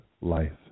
life